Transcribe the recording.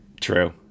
True